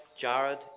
Jared